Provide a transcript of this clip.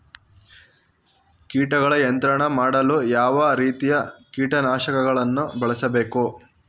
ಕೀಟಗಳ ನಿಯಂತ್ರಣ ಮಾಡಲು ಯಾವ ರೀತಿಯ ಕೀಟನಾಶಕಗಳನ್ನು ಬಳಸಬೇಕು?